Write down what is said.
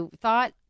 thought